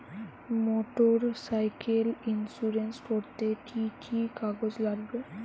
Motorcycle insurance করতে কি কি কাগজ লাগবে?